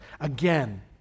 again